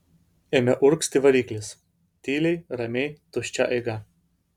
ėmė urgzti variklis tyliai ramiai tuščia eiga